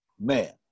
man